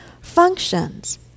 functions